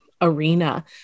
arena